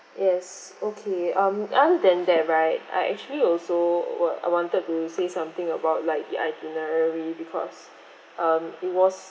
yes okay um other than that right I actually also wha~ I wanted to say something about like the itinerary because um it was